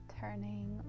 turning